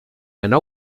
anar